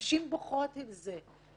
נשים בוחרות עם זה,